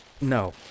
No